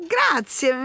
Grazie